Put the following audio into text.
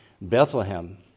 Bethlehem